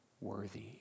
worthy